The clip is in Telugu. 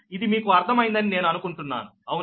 ఇది మీకు అర్థం అయిందని నేను అనుకుంటున్నాను అవునా